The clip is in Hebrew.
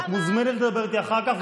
את מוזמנת לדבר איתי אחר כך,